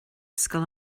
scoil